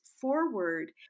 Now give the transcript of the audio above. forward